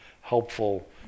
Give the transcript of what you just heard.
helpful